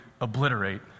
obliterate